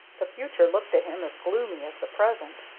the future looked to him as gloomy as the present.